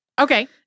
Okay